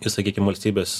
į sakykim valstybės